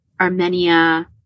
Armenia